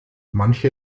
manche